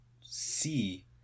see